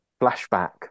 flashback